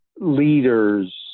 leaders